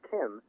Kim